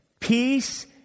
peace